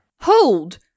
Hold